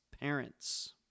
parents